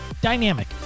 dynamic